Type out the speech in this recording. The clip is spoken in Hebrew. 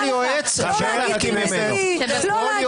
מי שזרק אותי החוצה, מבחינתי זו כוחנות.